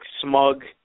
smug